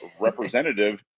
representative